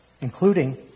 including